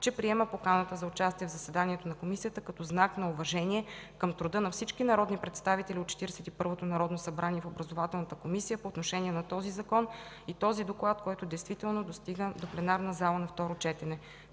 че приема поканата за участие в заседанието на Комисията като знак на уважение към труда на всички народни представители от 41-то Народно събрание в Образователната комисия по отношение на този Закон и този доклад, който действително достигна до пленарната зала на второ четене.